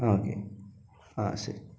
ആ ഓക്കേ ആ ശരി